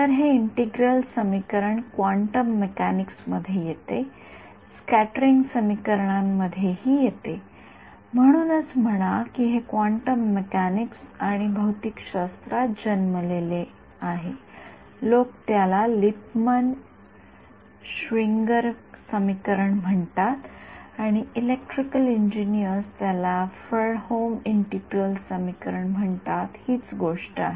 तर हे इंटिग्रल समीकरण क्वांटम मेकॅनिक्स मध्ये येते स्कॅटरिंग समीकरणांमध्येही येते म्हणूनच म्हणा की हे क्वांटम मेकॅनिक्स आणि भौतिकशास्त्रात जन्मलेले आहे लोक त्याला लिप्पमन श्विन्गर समीकरण म्हणतात आणि इलेक्ट्रिकल इंजिनिअर्स त्याला फ्रेडहोम इंटिग्रल समीकरण म्हणतात हीच गोष्ट आहे